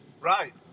Right